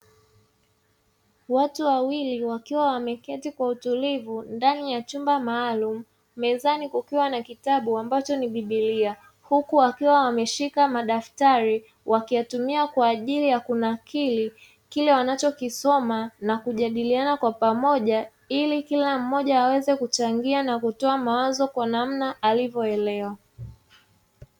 Watu wawili wakiwa wameketi kwa utulivu ndani ya chumba maalum, mezani kukiwa na kitabu ambacho ni Biblia huku wakiwa wameshika madaftari wakiyatumia kwaajili ya kunakili kile wanacho kisomo na kujadiliana kwa pamoja ili kila mmoja aweze kuchangia na kutoa mawazo kwa namna alivyoelewa.